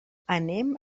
anem